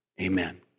amen